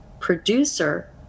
producer